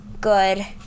good